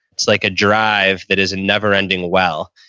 it's like a drive that is a never-ending well.